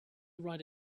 ride